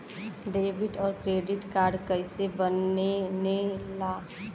Debit और credit card कईसे बने ने ला?